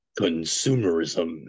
consumerism